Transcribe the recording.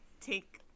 take